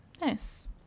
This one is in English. nice